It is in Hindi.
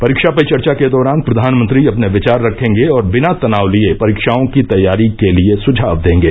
परीक्षा पे चर्चा के दौरान प्रधानमंत्री अपने विचार रखेंगे और बिना तनाव लिए परीक्षाओं की तैयारी के लिए सुझाव देंगे